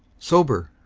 sober,